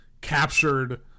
captured